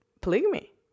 Polygamy